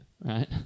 right